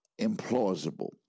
implausible